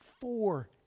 Four